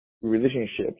relationships